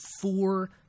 four